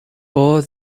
bore